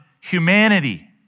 humanity